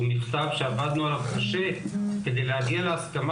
הוא מכתב שעבדנו עליו קשה כדי להגיע להסכמה